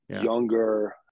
younger